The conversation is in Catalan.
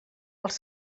els